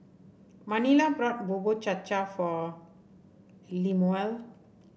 Manilla bought Bubur Cha Cha for Lemuel